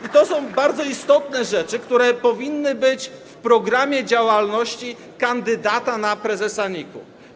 I to są bardzo istotne rzeczy, które powinny być w programie działalności kandydata na prezesa NIK-u.